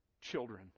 children